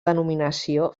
denominació